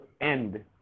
end